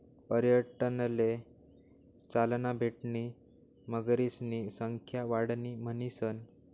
पर्यटनले चालना भेटणी मगरीसनी संख्या वाढणी म्हणीसन